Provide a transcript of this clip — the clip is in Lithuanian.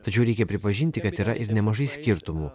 tačiau reikia pripažinti kad yra ir nemažai skirtumų